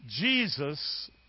Jesus